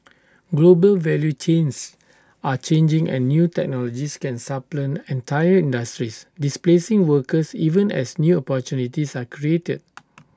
global value chains are changing and new technologies can supplant entire industries displacing workers even as new opportunities are created